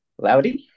loudy